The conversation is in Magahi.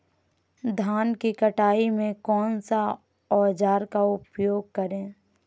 धान की कटाई में कौन सा औजार का उपयोग करे?